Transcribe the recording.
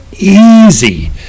easy